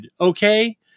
okay